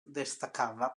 destacava